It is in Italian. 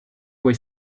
puoi